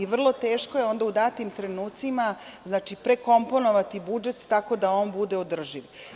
Vrlo teško je onda u datim trenucima prekomponovati budžet tako da on bude održiv.